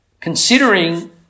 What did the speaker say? Considering